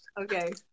Okay